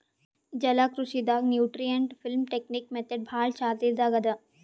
ಜಲಕೃಷಿ ದಾಗ್ nutrient film technique method ಭಾಳ್ ಚಾಲ್ತಿದಾಗ್ ಅದಾ